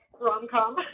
rom-com